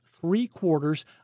three-quarters